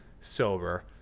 sober